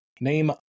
Name